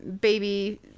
baby